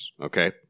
okay